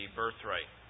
birthright